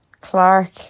Clark